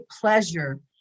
pleasure